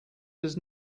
does